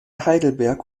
heidelberg